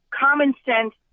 common-sense